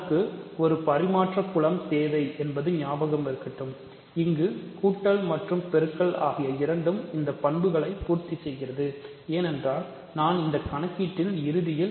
நமக்கு ஒரு பரிமாற்றம் குலம் தேவை என்பது ஞாபகம் இருக்கட்டும்இங்கு கூட்டல் மற்றும் பெருக்கல் ஆகிய இரண்டும் இந்த பண்புகளை பூர்த்தி செய்கிறது ஏனென்றால் நான் இந்த கணக்கீட்டின் இறுதியில்